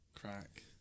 crack